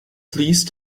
please